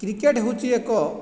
cricket ହେଉଛି ଏକ